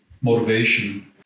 motivation